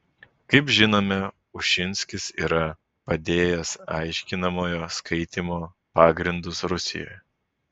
kaip žinome ušinskis yra padėjęs aiškinamojo skaitymo pagrindus rusijoje